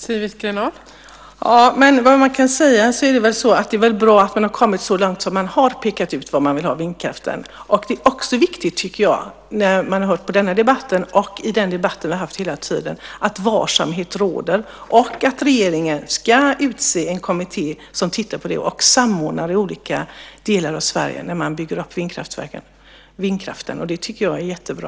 Fru talman! Det man kan säga är väl att det är bra att man kommit så långt att man pekat ut ställen för vindkraften. Det är också viktigt, med tanke på debatten i dag och även i övrigt, att varsamhet råder. Regeringen ska utse en kommitté som kommer att titta på detta och samordna uppbyggnaden av vindkraften i de olika delarna av Sverige. Det tycker jag är jättebra.